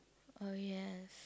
oh yes